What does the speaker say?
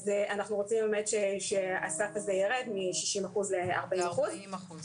אנחנו רוצים שהסף הזה ירד מ-60 אחוזים ל-40 אחוזים.